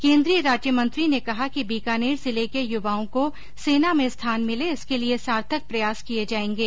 केन्द्रीय राज्यमंत्री ने कहा कि बीकानेर जिले के युवाओं को सेना में स्थान मिले इसके लिए सार्थक प्रयास किये जायेंगे